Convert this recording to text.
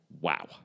wow